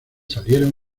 salieron